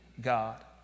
God